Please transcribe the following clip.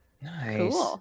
nice